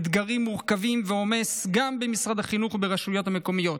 אתגרים מורכבים ועומס גם במשרד החינוך וברשויות המקומיות,